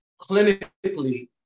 clinically